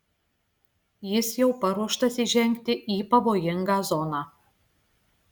jis jau paruoštas įžengti į pavojingą zoną